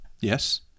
Yes